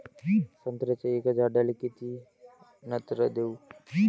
संत्र्याच्या एका झाडाले किती नत्र देऊ?